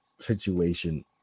situation